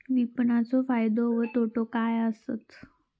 विपणाचो फायदो व तोटो काय आसत?